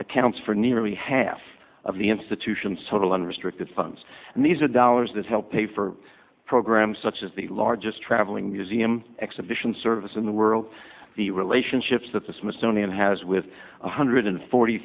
accounts for nearly half of the institutions total unrestricted funds and these are dollars that help pay for programs such as the largest traveling museum exhibition service in the world the relationships that the smithsonian has with one hundred forty